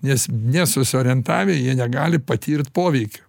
nes nesusiorientavę jie negali patirt poveikio